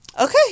okay